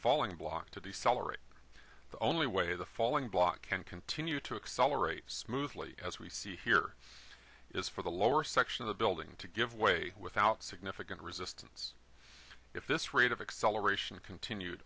falling block to be celery the only way the falling block can continue to accelerate smoothly as we see here is for the lower section of the building to give way without significant resistance if this rate of acceleration continued